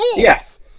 Yes